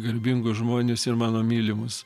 garbingus žmones ir mano mylimus